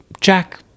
Jack